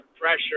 pressure